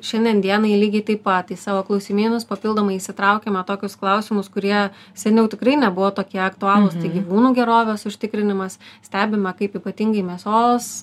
šiandien dienai lygiai taip pat į savo klausimynus papildomai įsitraukiame tokius klausimus kurie seniau tikrai nebuvo tokie aktualūs tai gyvūnų gerovės užtikrinimas stebime kaip ypatingai mėsos